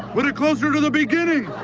put it closer to the beginning